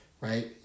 right